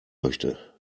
möchte